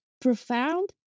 Profound